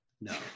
No